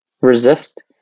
resist